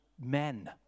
men